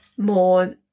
More